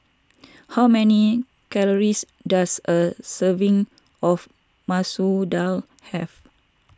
how many calories does a serving of Masoor Dal have